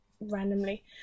randomly